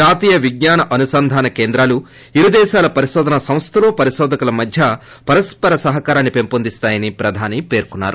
జాతీయ విజ్ఞాన అనుసంధాన కేంద్రాలు ఇరు దేశాల పరిశోధనా సంస్థలు పరిశోధకుల మధ్య పరస్సర సహకారాన్ని పెంపొందిస్తాయని ప్రధాని పేర్కొన్నారు